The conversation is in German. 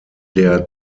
der